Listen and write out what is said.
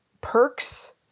perks